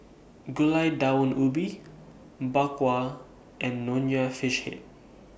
Gulai Daun Ubi Bak Kwa and Nonya Fish Head